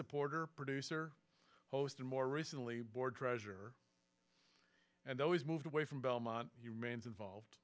supporter producer host and more recently board treasure and always moved away from belmont remains involved